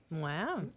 wow